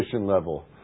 level